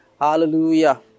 Hallelujah